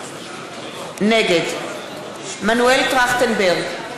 נגד מנואל טרכטנברג,